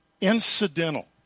Incidental